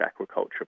aquaculture